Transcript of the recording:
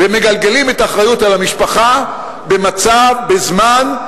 ומגלגלים את האחריות על המשפחה במצב, בזמן,